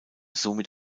somit